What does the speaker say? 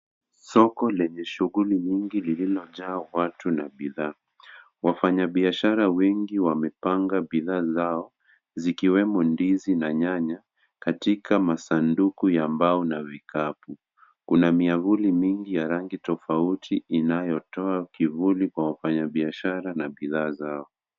Soko lenye shughuli nyingi lililojaa watu na bidhaa, wafanyabiashara wengi wamepanga bidhaa zao zikiwemo ndizi na nyanya katika masanduku ya mbao na vikapu, kuna miavuli mingi ya rangi tofauti inayotoa kivuli kwa wafanyabiashara na bidhaa zao.